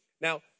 Now